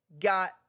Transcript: got